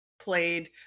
played